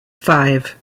five